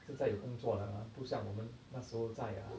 现在有工作了啊不像我们那时候在啊